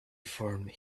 formed